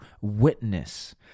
witness